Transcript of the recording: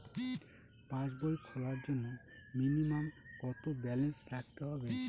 পাসবই খোলার জন্য মিনিমাম কত ব্যালেন্স রাখতে হবে?